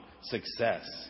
success